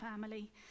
family